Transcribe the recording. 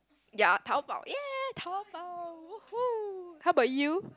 ya Taobao !yay! Taobao !woohoo! how about you